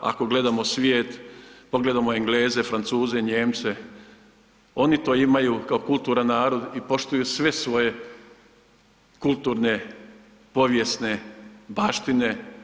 Ako gledamo svijet, pogledamo Engleze, Francuze, Nijemce, oni to imaju kao kulturan narod i poštuju sve svoje kulturne povijesne baštine.